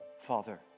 Father